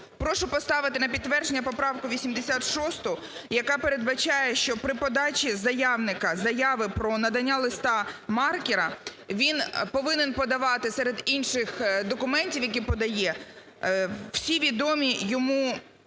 Прошу поставити на підтвердження поправку 86, яка передбачає, що при подачі заявника заяви про надання листа-маркера, він повинен подавати, серед інших документів, які подає, всі відомі йому учасників